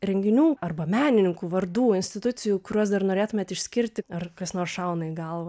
renginių arba menininkų vardų institucijų kuriuos dar norėtumėt išskirti ar kas nors šauna į galvą